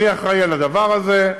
אני אחראי לדבר הזה.